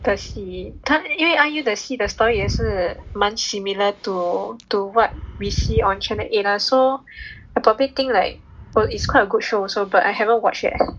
的戏他因为 I U the 戏的 story 也是蛮 similar to to what we see on channel eight ah so I probably think like oh it is quite a good show also but I haven't watch yet